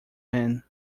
man